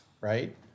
right